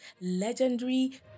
legendary